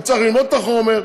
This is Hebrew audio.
הוא צריך ללמוד את החומר,